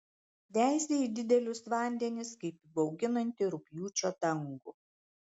veizi į didelius vandenis kaip į bauginantį rugpjūčio dangų